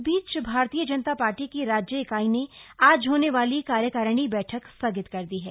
इस बीच भारतीय जनता पार्टी की राज्य इकाई ने आज होने वाली कार्यकारिणी बैठक स्थगित कर दी है